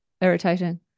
irritating